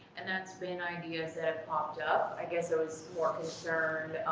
and, that's been ideas and popped up, i guess i was more concerned